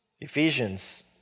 Ephesians